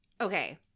okay